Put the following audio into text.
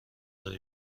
راه